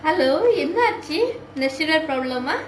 hello என்ன ஆச்சு:enna aachu national problem ah